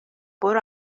برو